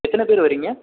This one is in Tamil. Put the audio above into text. எத்தனை பேர் வரீங்க